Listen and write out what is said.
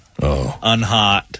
unhot